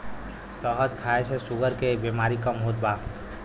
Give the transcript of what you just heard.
शहद खाए से शुगर के बेमारी कम होत बा